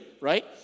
right